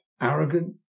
arrogant